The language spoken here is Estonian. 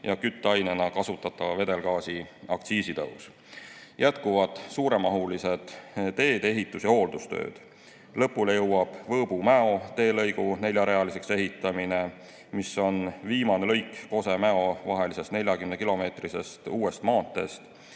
ja kütteainena kasutatava vedelgaasi aktsiisi tõus. Jätkuvad suuremahulised tee-ehitus- ja hooldustööd. Lõpule jõuab Võõbu-Mäo teelõigu neljarealiseks ehitamine, mis on viimane lõik Kose-Mäo vahelisest 40-kilomeetrisest uuest maanteest.